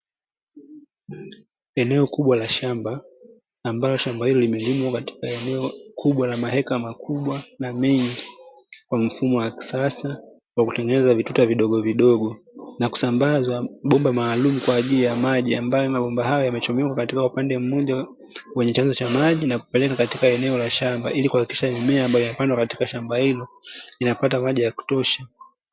Eneo kubwa la shamba ambalo shamba hilo limelimwa katika eneo kubwa na maheka makubwa, na mengi kwa mfumo wa kisasa wa kutengeneza vituta vidogovidogo na kusambazwa bomba maalumu kwa ajili ya maji. Ambayo mabomba hayo yamechomekwa katika upande mmoja kwenye chanzo cha maji na kupeleka katika eneo la shamba ili kuhakikisha mimea ambayo inapanda katika shamba hilo inapata maji ya kutosha.